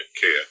care